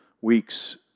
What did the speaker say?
weeks